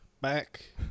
Back